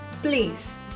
Please